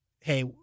hey